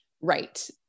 right